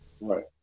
Right